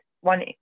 one